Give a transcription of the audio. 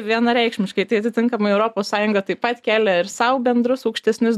vienareikšmiškai tai atitinkamai europos sąjunga taip pat kelia ir sau bendrus aukštesnius